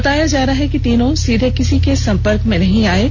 बताया जा रहा है कि तीनों सीधे किसी के संपर्क में नहीं आए हैं